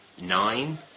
nine